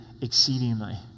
exceedingly